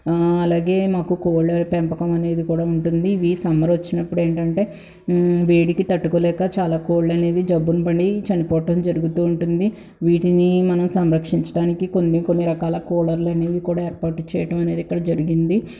అలాగే మాకు కోళ్ళ పెంపకం అనేది కూడా ఉంటుంది ఇవి సమ్మర్ వచ్చినప్పుడు ఏంటంటే వేడికి తట్టుకోలేక చాలా కోళ్లు అనేవి జబ్బున పడి చనిపోవటం జరుగుతు ఉంటుంది వీటిని మనం సంరక్షించటానికి కొన్ని కొన్ని రకాల కూలర్లు అనేవి కూడా ఏర్పాటు చేయడటమనేది ఇక్కడ జరిగింది